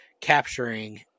capturing